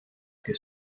que